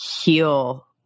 heal